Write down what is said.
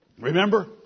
Remember